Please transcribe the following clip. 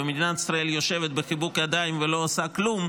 ומדינת ישראל יושבת בחיבוק ידיים ולא עושה כלום,